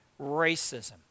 racism